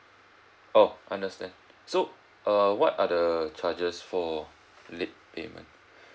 oh understand so err what are the charges for so late payment